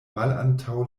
malantaŭ